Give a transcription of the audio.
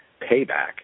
payback